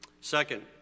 Second